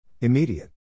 Immediate